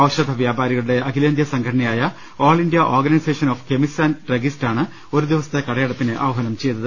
ഔഷധ വ്യാപാരികളുടെ അഖിലേന്ത്യാസംഘടനയായ all India organisation of chemist and ഡ്രഗ്ഗിസ്റ്റാണ് ഒരു ദിവസത്തെ കടയടപ്പിന് ആഹാനം ചെയ്തത്